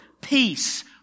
peace